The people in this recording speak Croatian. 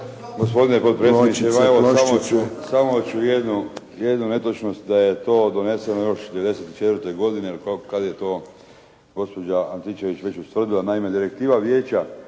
Gospodine potpredsjedniče. Samo ću jednu netočnost, da je to doneseno još 94. godine kako je to gospođa Antičević već ustvrdila. Naime, Direktiva vijeća